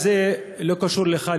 האבל הזה לא קשור אליך,